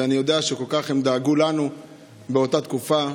ואני יודע שהם כל כך דאגו לנו באותה תקופה,